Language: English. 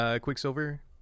Quicksilver